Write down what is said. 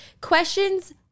Questions